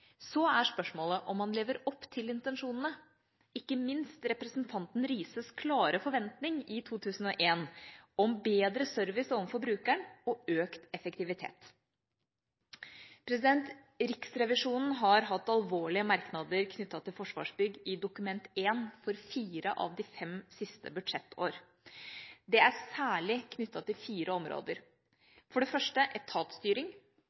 Så er spørsmålet om man lever opp til intensjonene – ikke minst til representanten Rises klare forventning i 2001 om bedre service overfor brukeren og økt effektivitet. Riksrevisjonen har hatt alvorlige merknader knyttet til Forsvarsbygg i Dokument 1 for fire av de fem siste budsjettår. Det er særlig knyttet til fire områder: